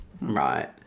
Right